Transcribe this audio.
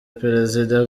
perezida